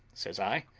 says i,